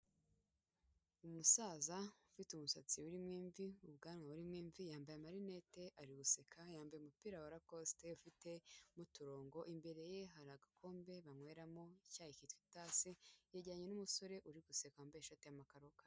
Umusaza ufite umusatsi urimo imvi, ubwanwa burimo imvi, yambaye amarinete, ari guseka, yambaye umupira wa rakosite ufite uturongo, imbere ye hari agakombe banyweramo icyayi kitwa itasi, yegeranye n'umusore uri guseka, wambaye ishati ya makarokaro.